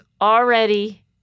already